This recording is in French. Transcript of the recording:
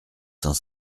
cent